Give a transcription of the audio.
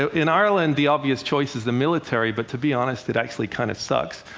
in ireland the obvious choice is the military, but to be honest it actually kind of sucks.